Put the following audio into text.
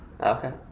Okay